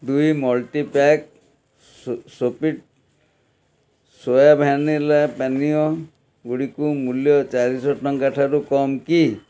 ଦୁଇ multipack Sofit soya vanilla ପାନୀୟ ଗୁଡ଼ିକୁ ମୂଲ୍ୟ ଚାରିଶହ ଟଙ୍କା ଠାରୁ କମ୍ କି